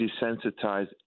desensitize